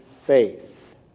faith